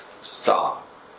stop